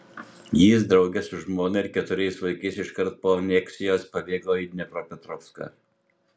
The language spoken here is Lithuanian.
jis drauge su žmona ir keturiais vaikais iškart po aneksijos pabėgo į dniepropetrovską